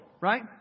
right